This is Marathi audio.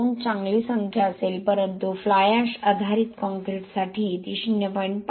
2 चांगली संख्या असेल परंतु फ्लाय एश आधारित कॉंक्रिटसाठी ती 0